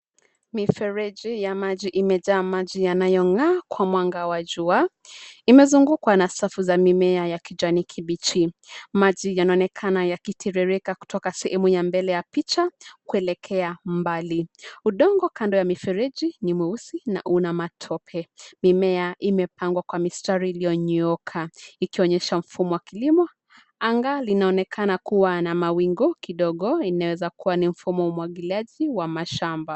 Mifereji ya maji imejaa maji yanayong'aa kwa mwanga wa jua, imezungukwa na safu za mimea ya kijani kibichi. Maji yanaonekana yakitiririka kutoka sehemu ya mbele ya picha kuelekea mbali. Udongo kando ya mifereji ni mweusi na una matope. Mimea imepangwa kwa mistari iliyonyooka ikionyesha mfumo wa kilimo, anga linaonekana kuwa na mawingu kidogo inaweza kuwa ni mfumo wa umwagiliaji wa mashamba.